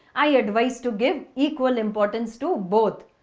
i advise to give equal importance to both.